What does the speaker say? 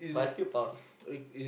it's uh it's